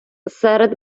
серед